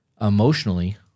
Emotionally